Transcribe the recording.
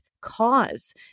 cause